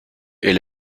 est